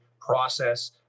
process